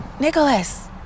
Nicholas